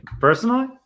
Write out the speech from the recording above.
Personally